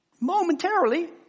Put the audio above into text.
momentarily